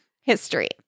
history